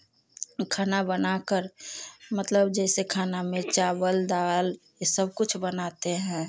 खाना बनाकर मतलब जैसे खाना में चावल दाल यह सब कुछ बनाते हैं